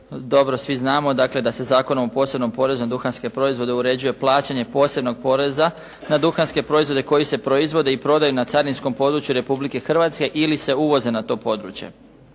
Dobro svi znamo dakle da se Zakonom o posebnom porezu na duhanske proizvode uređuje plaćanje posebnog poreza na duhanske proizvode koji se proizvode i prodaju na carinskom području Republike Hrvatske ili se uvoze na to područje.